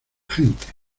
gente